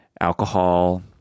Alcohol